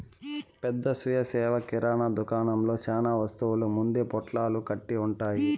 పెద్ద స్వీయ సేవ కిరణా దుకాణంలో చానా వస్తువులు ముందే పొట్లాలు కట్టి ఉంటాయి